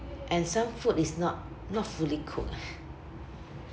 and some food is not not fully cooked